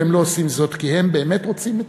והם לא עושים זאת כי הם באמת רוצים את